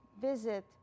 visit